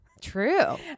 true